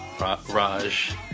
Raj